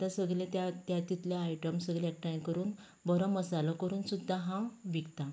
आतां सगलें त्या तितले आयटम काडून आयटम सगळे एकठांय करून बरो मसालो करून सुद्दां हांव विकतां